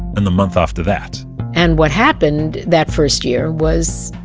and the month after that and what happened that first year was,